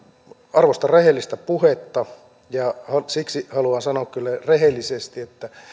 arvostan rehellistä puhetta ja siksi haluan sanoa kyllä rehellisesti että